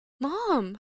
Mom